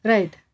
Right